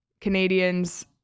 Canadians